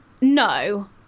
no